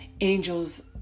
Angels